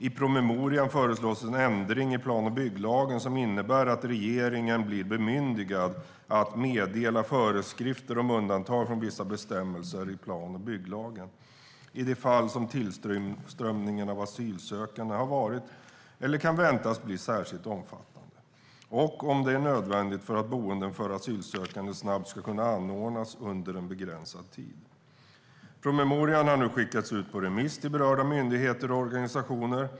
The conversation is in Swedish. I promemorian föreslås en ändring i plan och bygglagen som innebär att regeringen blir bemyndigad att meddela föreskrifter om undantag från vissa bestämmelser i plan och bygglagen i de fall som tillströmningen av asylsökande har varit eller kan väntas bli särskilt omfattande - och om det är nödvändigt för att boenden för asylsökande snabbt ska kunna anordnas under en begränsad tid. Promemorian har nu skickats ut på remiss till berörda myndigheter och organisationer.